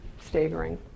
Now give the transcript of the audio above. staggering